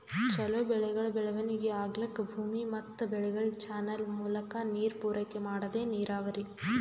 ಛಲೋ ಬೆಳೆಗಳ್ ಬೆಳವಣಿಗಿ ಆಗ್ಲಕ್ಕ ಭೂಮಿ ಮತ್ ಬೆಳೆಗಳಿಗ್ ಚಾನಲ್ ಮೂಲಕಾ ನೀರ್ ಪೂರೈಕೆ ಮಾಡದೇ ನೀರಾವರಿ